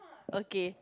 okay